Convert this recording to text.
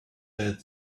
bed